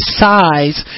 size